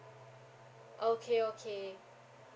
okay okay